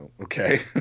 okay